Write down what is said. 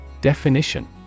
Definition